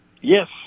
Yes